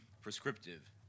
prescriptive